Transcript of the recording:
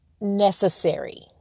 necessary